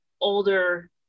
older